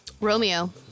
Romeo